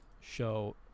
show